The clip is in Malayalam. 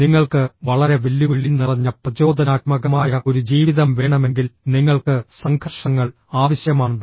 നിങ്ങൾക്ക് വളരെ വെല്ലുവിളി നിറഞ്ഞ പ്രചോദനാത്മകമായ ഒരു ജീവിതം വേണമെങ്കിൽ നിങ്ങൾക്ക് സംഘർഷങ്ങൾ ആവശ്യമാണ്